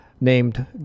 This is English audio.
named